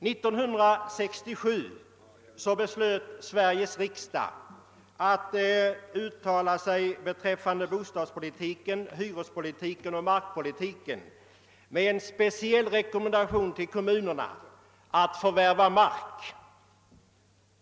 1967 beslöt Sveriges riksdag att uttala sig beträffande bostadspolitiken, hyrespolitiken - och markpolitiken och lämna en speciell rekommendation till kommunerna att förvärva mark.